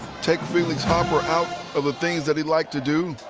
take felix harper out of the things that he'd like to do,